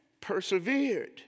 persevered